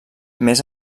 més